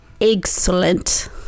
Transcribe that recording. Excellent